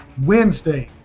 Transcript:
Wednesday